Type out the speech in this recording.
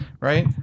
Right